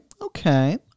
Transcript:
okay